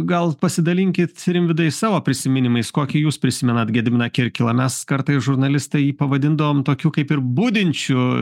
gal pasidalinkit rimvydai savo prisiminimais kokį jūs prisimenat gediminą kirkilą mes kartais žurnalistai jį pavadindavom tokiu kaip ir budinčiu